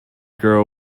girl